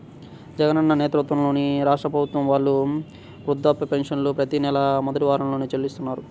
జగనన్న నేతృత్వంలోని రాష్ట్ర ప్రభుత్వం వాళ్ళు వృద్ధాప్య పెన్షన్లను ప్రతి నెలా మొదటి వారంలోనే చెల్లిస్తున్నారు